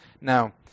Now